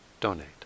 donate